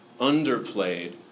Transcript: underplayed